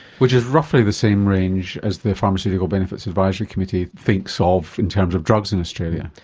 which is roughly the same range as the pharmaceutical benefits advisory committee thinks ah of in terms of drugs in australia.